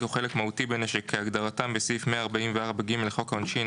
או חלק מהותי בנשק כהגדרתם בסעיף 144(ג) לחוק העונשין,